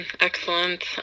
Excellent